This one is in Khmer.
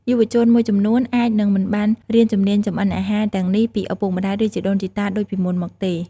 យុវជនមួយចំនួនអាចនឹងមិនបានរៀនជំនាញចម្អិនអាហារទាំងនេះពីឪពុកម្តាយ ឬជីដូនជីតាដូចពីមុនមកទេ ។